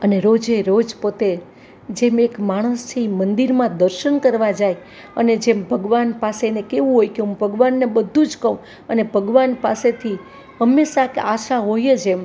અને રોજે રોજ પોતે જેમ એક માણસ જેમ મંદિરમાં દર્શન કરવા જાય અને જે ભગવાન પાસે એને કેવું હોય કે હું ભગવાનને બધુંજ કઉ અને ભગવાન પાસેથી હંમેશા એક આશા હોયજ એમ